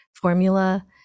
formula